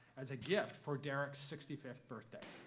as a gift for derrick sixty fifth birthday.